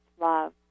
love